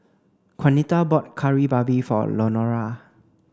Juanita bought Kari Babi for Lenora